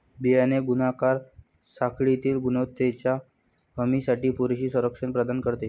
बियाणे गुणाकार साखळीतील गुणवत्तेच्या हमीसाठी पुरेसे संरक्षण प्रदान करते